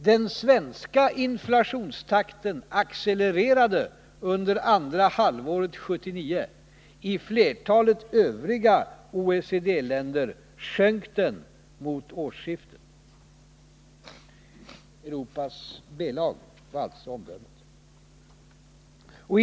Den svenska inflationstakten accelererade under andra halvåret 1979, i flertalet övriga OECD-länder sjönk den mot årsskiftet.” Europas B-lag var alltså omdömet.